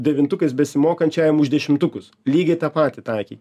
devintukais besimokančiajam už dešimtukus lygiai tą patį taikyk